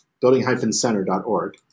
building-center.org